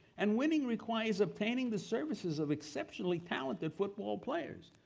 and winning requires obtaining the services of exceptionally talented football players.